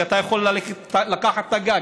שאתה יכול ללכת ולקחת את הגג,